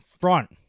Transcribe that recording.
front